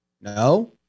No